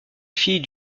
fille